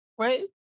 Right